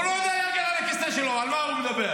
הוא לא יודע להגן על הכיסא שלו, על מה הוא מדבר?